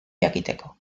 jakiteko